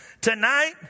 Tonight